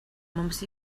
mums